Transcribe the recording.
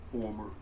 former